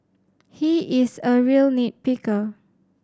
he is a real nit picker